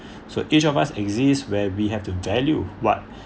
so each of us exist where we have to value what